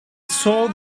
saw